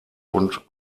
und